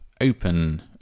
open